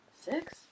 six